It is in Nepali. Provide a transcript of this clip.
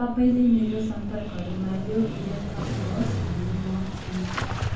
तपाईँले मेरा सम्पर्कहरूमा यो इमेल थप्नुहोस् भन्ने म चाहान्छु